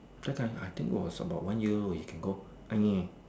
that that I think it was one year you can go